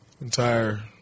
entire